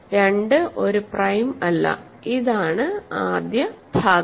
അതിനാൽ 2ഒരു പ്രൈം അല്ല ഇതാണ് ആദ്യ ഭാഗം